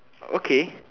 okay